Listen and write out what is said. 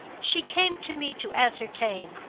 she came to me to ascertain,